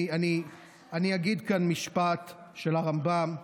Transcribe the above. אני אגיד כאן משפט של הרמב"ם: